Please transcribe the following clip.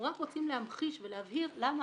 אנחנו רק רוצים להמחיש ולהבהיר למה